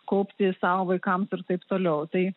kaupti sau vaikams ir taip toliau tai